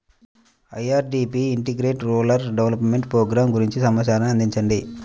IRDP integrated rural development programme గురించి సమాచారాన్ని అందించండి?